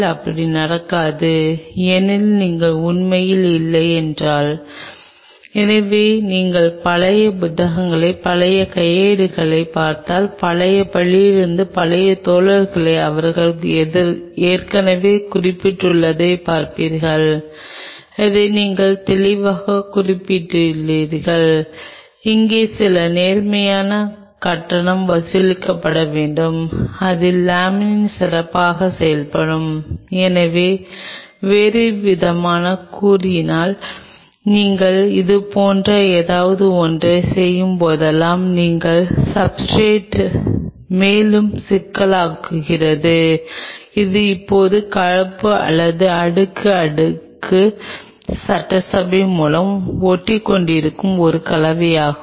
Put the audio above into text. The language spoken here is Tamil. இப்போது நீங்கள் அதை ஒரு தின் பிலிம் இயக்க வேண்டும் என்றால் நீங்கள் குறைந்தபட்ச எண்ணிக்கையிலான மூலக்கூறுகள் அல்லது குறைந்தபட்ச எண்ணிக்கையிலான மூலக்கூறுகளைக் கொண்டிருக்க வேண்டும் மேலும் நீங்கள் இங்கே பார்க்கும் விதத்தில் அதை சப்ஸ்ர்டேட் முழுவதும் பரப்ப முடியும்